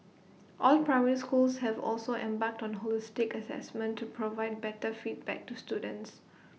all primary schools have also embarked on holistic Assessment to provide better feedback to students